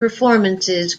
performances